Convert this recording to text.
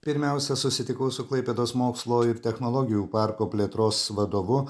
pirmiausia susitikau su klaipėdos mokslo ir technologijų parko plėtros vadovu